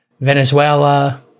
Venezuela